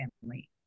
family